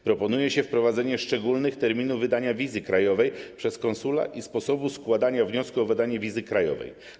Proponuje się wprowadzenie szczególnych terminów wydania wizy krajowej przez konsula i sposobu składania wniosku o wydanie wizy krajowej.